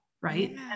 right